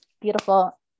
Beautiful